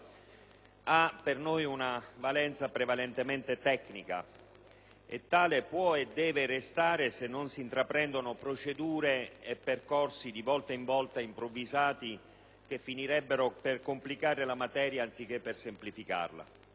ha per noi una valenza prevalentemente tecnica, e tale può e deve restare se non si intraprendono procedure e percorsi di volta in volta improvvisati che finirebbero per complicare la materia anziché semplificarla.